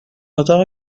اتاق